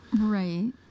Right